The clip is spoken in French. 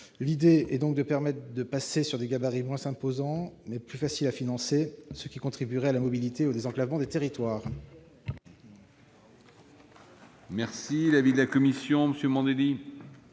L'idée est donc de permettre de passer à des gabarits moins imposants, mais plus faciles à financer, ce qui contribuerait à la mobilité et au désenclavement des territoires.